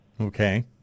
Okay